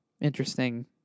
interesting